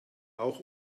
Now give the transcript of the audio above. auch